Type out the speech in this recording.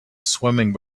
swimming